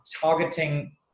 targeting